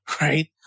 right